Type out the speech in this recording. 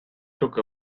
took